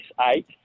eight